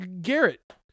Garrett